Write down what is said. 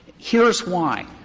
here is why.